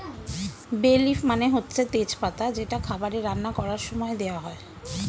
বে লিফ মানে হচ্ছে তেজ পাতা যেটা খাবারে রান্না করার সময়ে দেওয়া হয়